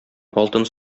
алтын